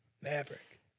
Maverick